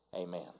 Amen